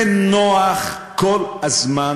ונוח כל הזמן